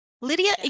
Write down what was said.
Lydia